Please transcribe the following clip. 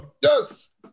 Yes